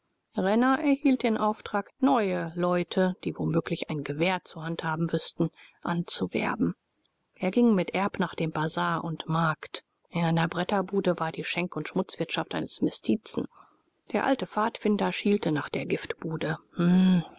renner erhielt den auftrag neue leute die womöglich ein gewehr zu handhaben wüßten anzuwerben er ging mit erb nach dem bazar und markt in einer bretterbude war die schenk und schmutzwirtschaft eines mestizen der alte pfadfinder schielte nach der